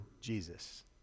Jesus